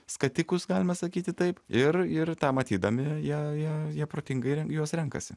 skatikus galima sakyti taip ir ir tą matydami jie jie jie protingai ren juos renkasi